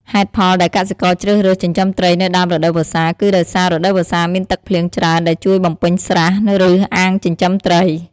ហេតុផលដែលកសិករជ្រើសរើសចិញ្ចឹមត្រីនៅដើមរដូវវស្សាគឺដោយសារ រដូវវស្សាមានទឹកភ្លៀងច្រើនដែលជួយបំពេញស្រះ ឬអាងចិញ្ចឹមត្រី។